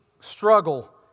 struggle